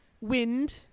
Wind